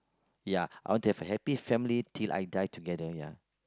ya I want to have a happy family till I die together ya